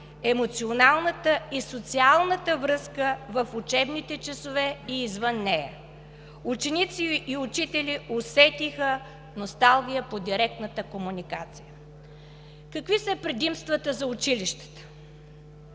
емоционалната и социалната връзка в учебните часове и извън нея. Ученици и учители усетиха носталгия по директната комуникация. Какви са предимствата за училищата?